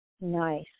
Nice